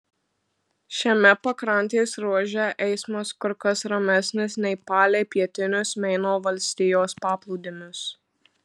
šiame pakrantės ruože eismas kur kas ramesnis nei palei pietinius meino valstijos paplūdimius